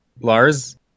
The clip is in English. Lars